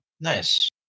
nice